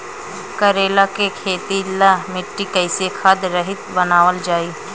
करेला के खेती ला मिट्टी कइसे खाद्य रहित बनावल जाई?